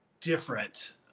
different